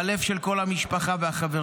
בלב של כל המשפחה והחברים.